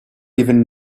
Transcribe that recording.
even